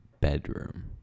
bedroom